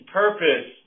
purpose